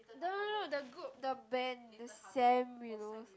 no no no the good the band the sam willows